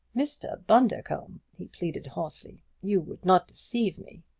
mr. bundercombe, he pleaded hoarsely, you would not deceive me!